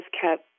kept